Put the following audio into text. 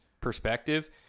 perspective